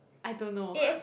I don't know